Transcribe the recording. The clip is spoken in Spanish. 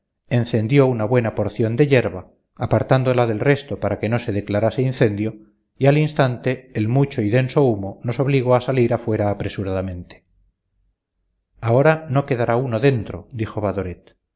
encendió una buena porción de yerba apartándola del resto para que no se declarase incendio y al instante el mucho y denso humo nos obligó a salir afuera apresuradamente ahora no quedará uno dentro dijo